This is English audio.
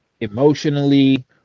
Emotionally